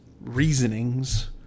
reasonings